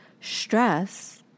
Stress